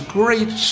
great